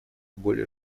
более